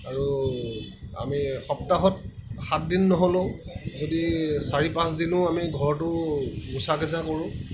আৰু আমি সপ্তাহত সাতদিন নহ'লেও যদি চাৰি পাঁচদিনো আমি ঘৰটো মোচা খচা কৰোঁ